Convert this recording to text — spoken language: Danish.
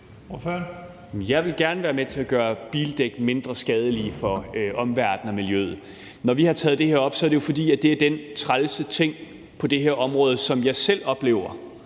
Jeg vil gerne være med til at gøre bildæk mindre skadelige for omverdenen og miljøet. Når vi har taget det her op, er det jo, fordi det er dén trælse ting på det her område, som jeg selv oplever,